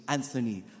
Anthony